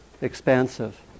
expansive